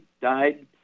died